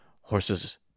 Horses